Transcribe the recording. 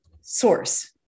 source